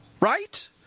right